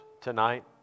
tonight